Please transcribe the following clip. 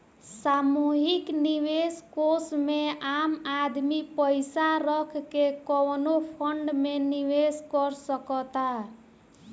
सामूहिक निवेश कोष में आम आदमी पइसा रख के कवनो फंड में निवेश कर सकता